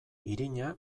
irina